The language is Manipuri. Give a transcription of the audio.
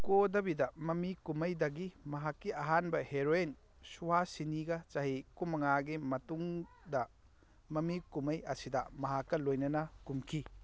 ꯀꯣꯗꯕꯤꯗ ꯃꯃꯤ ꯀꯨꯝꯃꯩꯗꯒꯤ ꯃꯍꯥꯛꯀꯤ ꯑꯍꯥꯟꯕ ꯍꯦꯔꯣꯏꯟ ꯁꯨꯍꯥꯁꯤꯅꯤꯒ ꯆꯍꯤ ꯀꯨꯟꯃꯉꯥꯒꯤ ꯃꯇꯨꯡꯗ ꯃꯃꯤ ꯀꯨꯝꯃꯩ ꯑꯁꯤꯗ ꯃꯍꯥꯛꯀ ꯂꯣꯏꯅꯅ ꯀꯨꯝꯈꯤ